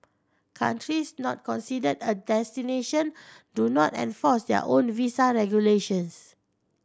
countries not considered a destination do not enforce their own visa regulations